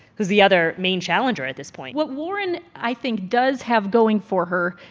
who's the other main challenger at this point what warren, i think, does have going for her,